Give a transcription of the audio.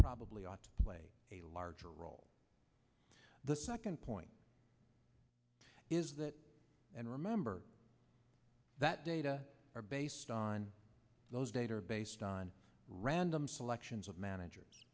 probably ought to play a larger role the second point is that and remember that data are based on those data are based on random selections of managers